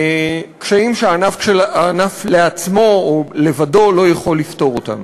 קשיים שהענף לעצמו או לבדו לא יכול לפתור אותם.